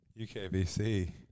UKBC